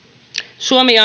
suomi